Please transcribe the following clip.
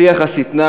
שיח השטנה